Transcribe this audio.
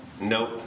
Nope